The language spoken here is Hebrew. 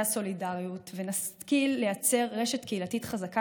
הסולידריות ונשכיל לייצר רשת קהילתית חזקה,